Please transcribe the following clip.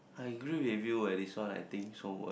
I agree with you eh this one I think so ah